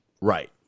Right